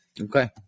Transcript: Okay